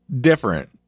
different